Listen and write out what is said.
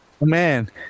man